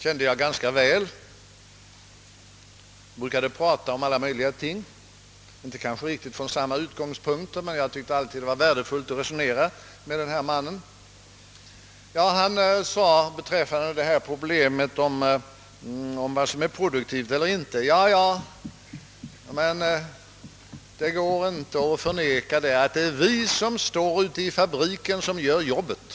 Han och jag brukade tala om alla möjliga ting, kanske inte riktigt från samma utgångspunkter, men jag tyckte att det alltid var värdefullt att resonera med honom. Beträffande problemet om vad som är produktivt eller inte sade han, att det inte går att förneka att det är »vi som står ute i fabriken som gör jobbet.